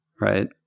Right